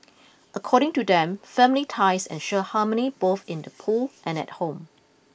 according to them family ties ensure harmony both in the pool and at home